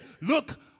Look